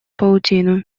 паутину